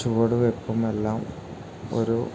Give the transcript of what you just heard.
ചുവടുവെപ്പുമെല്ലാം ഒരു